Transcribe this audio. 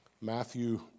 Matthew